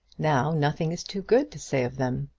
now, nothing is too good to say of them.